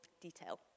detail